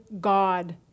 God